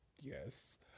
yes